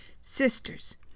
sisters